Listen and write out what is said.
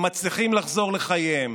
הם מצליחים לחזור לחייהם.